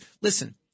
Listen